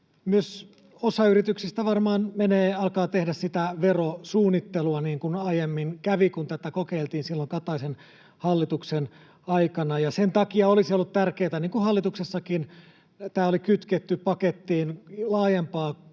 myös osa yrityksistä varmaan alkaa tehdä sitä verosuunnittelua, niin kuin aiemmin kävi, kun tätä kokeiltiin silloin Kataisen hallituksen aikana. Sen takia tämä olisi ollut tärkeätä kytkeä, niin kuin hallituksessakin tämä oli kytketty, pakettiin osana laajempaa